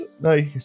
No